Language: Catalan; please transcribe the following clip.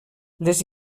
les